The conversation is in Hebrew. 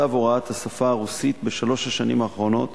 מצב הוראת השפה הרוסית בשלוש השנים האחרונות